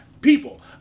people